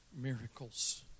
miracles